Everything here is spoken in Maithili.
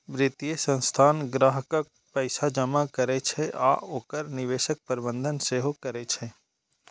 वित्तीय संस्थान ग्राहकक पैसा जमा करै छै आ ओकर निवेशक प्रबंधन सेहो करै छै